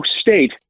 state